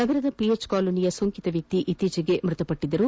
ನಗರದ ಪಿಎಚ್ ಕಾಲೋನಿಯಲ್ಲಿ ಸೋಂಕಿತ ವ್ಯಕ್ತಿ ಇತ್ತೀಚಿಗೆ ಮೃತಪಟ್ಟಿದ್ದರು